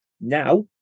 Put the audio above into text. now